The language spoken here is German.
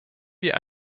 wir